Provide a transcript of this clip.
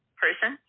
person